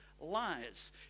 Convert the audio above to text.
lies